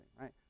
right